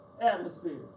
atmosphere